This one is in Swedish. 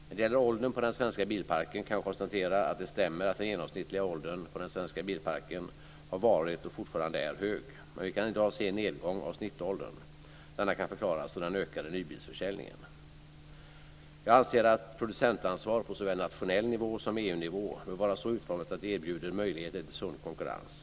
När det gäller åldern på den svenska bilparken kan jag konstatera att det stämmer att den genomsnittliga åldern på den svenska bilparken har varit och fortfarande är hög. Men vi kan i dag se en nedgång av snittåldern. Denna kan förklaras av den ökade nybilsförsäljningen. Jag anser att ett producentansvar på såväl nationell nivå som EU-nivå bör vara så utformat att det erbjuder möjligheter till sund konkurrens.